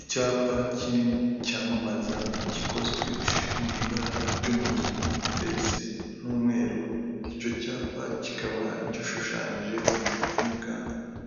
Icyapa kinini cyamamaza gikozwe mu ibara ry'umutuku ndetse n'umweru, icyo cyapa kikaba gishushanyijeho imbwa